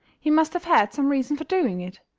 he must have had some reason for doing it.